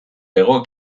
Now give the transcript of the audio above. hego